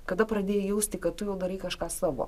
kada pradėjai jausti kad tu jau darai kažką savo